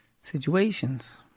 situations